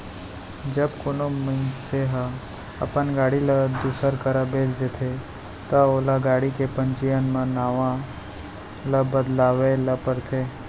जब कोनो मनसे ह अपन गाड़ी ल दूसर करा बेंच देथे ता ओला गाड़ी के पंजीयन म नांव ल बदलवाए ल परथे